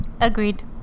Agreed